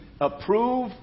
approve